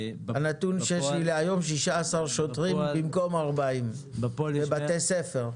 הנתון שיש לי להיום זה 16 שוטרים במקום 40 בבתי ספר.